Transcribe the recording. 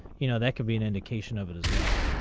you know that could be an indication of it as well.